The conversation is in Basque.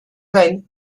gain